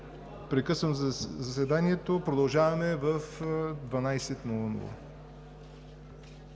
Прекъсвам заседанието. Продължаваме в 12,00